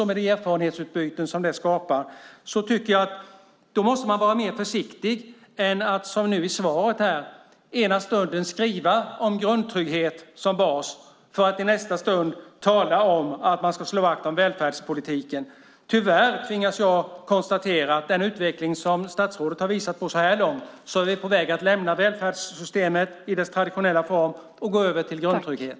Med tanke på de erfarenhetsutbyten som det skapar tycker jag att man måste vara mer försiktig än att som i svaret ena stunden skriva om grundtrygghet som bas för att i nästa stund tala om att man ska slå vakt om välfärdspolitiken. Tyvärr tvingas jag konstatera att med den utveckling som statsrådet har visat på så här långt är vi på väg att lämna välfärdssystemet i dess traditionella form och gå över till grundtrygghet.